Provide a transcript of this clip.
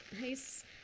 Nice